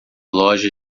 loja